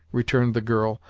returned the girl,